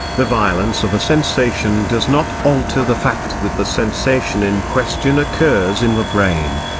the violence of a sensation does not alter the fact that the sensation in question occurs in the brain.